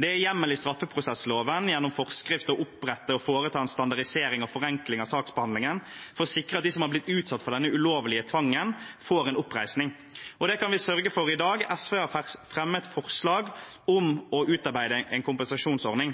Det er hjemmel i straffeprosessloven gjennom forskrift å opprette og foreta en standardisering og forenkling av saksbehandlingen for å sikre at de som har blitt utsatt for denne ulovlige tvangen, får en oppreisning. Det kan vi sørge for i dag. SV har fremmet forslag om å